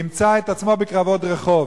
ימצא את עצמו בקרבות רחוב.